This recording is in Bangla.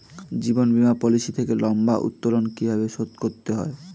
জীবন বীমা পলিসি থেকে লম্বা উত্তোলন কিভাবে শোধ করতে হয়?